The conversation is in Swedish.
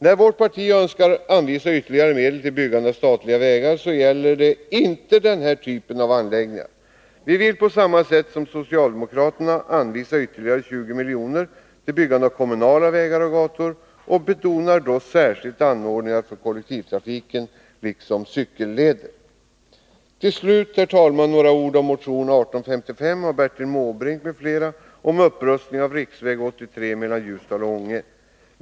När vårt parti önskar anvisa ytterligare medel till byggande av statliga vägar, gäller det inte denna typ av anläggningar. Vi vill på samma sätt som socialdemokraterna anvisa ytterligare 20 milj.kr. till byggande av kommunala vägar och gator, och vi betonar då särskilt anordningar för kollektivtrafiken liksom cykelleder. Slutligen, herr talman, några ord om motion 1855 av Bertil Måbrink m.fl. rörande upprustning av riksväg 83 mellan Ljusdal och Ånge.